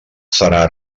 serà